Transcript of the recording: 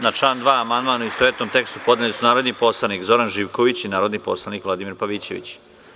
Na član 2. amandman, u istovetnom tekstu, podneli su narodni poslanik Zoran Živković i narodni poslanik Vladimir Pavićević.